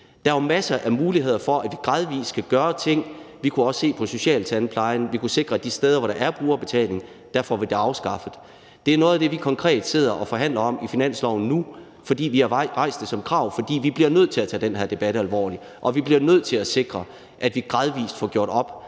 Der er jo masser af muligheder for, at vi gradvis kan gøre ting. Vi kunne også se på socialtandplejen. Vi kunne sikre, at de steder, hvor der er brugerbetaling, får vi det afskaffet. Det er noget af det, vi konkret sidder og forhandler om i finanslovsforhandlingerne nu, fordi vi har rejst det som krav, fordi vi bliver nødt til at tage den her debat alvorligt og vi bliver nødt til at sikre, at vi gradvis får gjort op